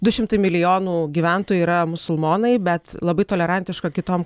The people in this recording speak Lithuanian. du šimtai milijonų gyventojų yra musulmonai bet labai tolerantiška kitom